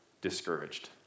discouraged